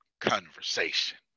conversation